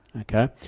okay